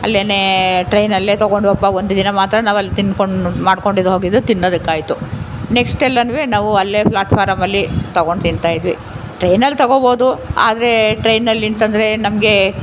ಅಲ್ಲೇ ಟ್ರೈನಲ್ಲೆ ತಗೊಂಡ್ವಪ್ಪ ಒಂದು ದಿನ ಮಾತ್ರ ನಾವಲ್ಲಿ ತಿಂದ್ಕೊಂಡು ಮಾಡ್ಕೊಂಡಿದ್ದು ಹೋಗಿದ್ದುತಿನ್ನೊದಕ್ಕಾಯಿತು ನೆಕ್ಸ್ಟಲ್ಲೂ ನಾವು ಅಲ್ಲೆ ಫ್ಲಾಟ್ ಫಾರಮಲ್ಲಿ ತಗೊಂಡು ತಿಂತಾಯಿದ್ವಿ ಟ್ರೈನಲ್ಲಿ ತೊಗೊಳ್ಬೋದು ಆದರೆ ಟ್ರೈನಲ್ಲಿ ಎಂತ ಅಂದ್ರೆ ನಮಗೆ